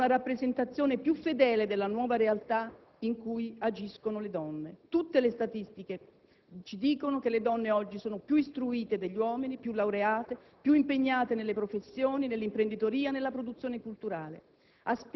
a una rappresentazione più fedele della nuova realtà in cui agiscono le donne. Tutte le statistiche ci dicono che le donne oggi sono più istruite degli uomini, più laureate, più impegnate nelle professioni, nell'imprenditoria, nella produzione culturale;